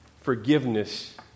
Forgiveness